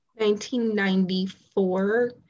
1994